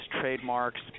trademarks